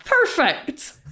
perfect